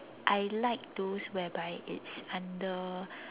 I like those whereby it's under